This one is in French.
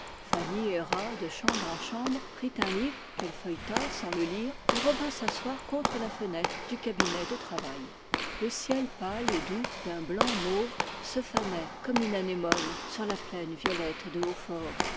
erra de chambre en chambre prit un livre qu'elle feuilleta sans le lire et revint s'asseoir contre la fenêtre du cabinet de travail le ciel pâle et doux d'un blanc mauve se fanait comme une anémone sur la plaine violette de hautfort